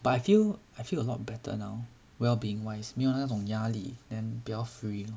but I feel I feel a lot better now wellbeing wise 没有那种压力 then 比较 free